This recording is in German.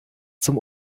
zum